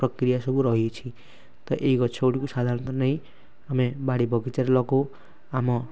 ପ୍ରକ୍ରିୟା ସବୁ ରହିଅଛି ତ ଏହି ଗଛ ଗୁଡ଼ିକୁ ସାଧାରଣତଃ ନେଇ ଆମେ ବାଡ଼ି ବଗିଚାରେ ଲଗାଉ ଆମ